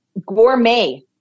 gourmet